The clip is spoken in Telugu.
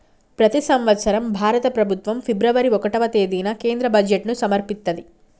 ప్రతి సంవత్సరం భారత ప్రభుత్వం ఫిబ్రవరి ఒకటవ తేదీన కేంద్ర బడ్జెట్ను సమర్పిత్తది